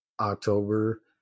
October